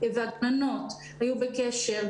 האם נעשה דיון ספציפי לגבי החינוך המיוחד בחברה